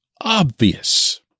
obvious